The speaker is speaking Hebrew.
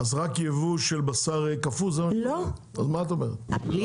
אז רק יבוא של בשר קפוא, זה מה שאת אומרת?